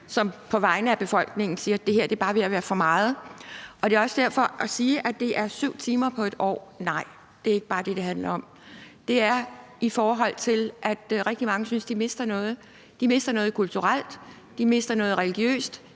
som på vegne af befolkningen siger: Det her er bare ved at være for meget. Derfor vil jeg også sige til det her med, at det er 7 timer på et år, at nej, det er ikke bare det, det handler om. Det handler om, at rigtig mange synes, de mister noget. De mister noget kulturelt, de mister noget religiøst,